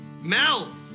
Mel